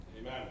Amen